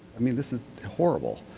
i mean, this is horrible.